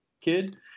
kid